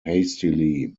hastily